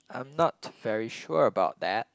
I'm not very sure about that